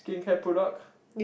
skincare product